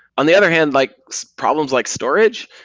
on the other hand, like problems like storage,